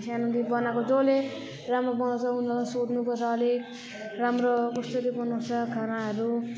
सानोदेखि बनाएको जसले राम्रो बनाउँछ उनीहरूलाई सोध्नुपर्छ अलिक राम्रो कसरी बनाउँछ खानाहरू